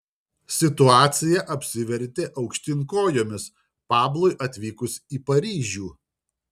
situacija apsivertė aukštyn kojomis pablui atvykus į paryžių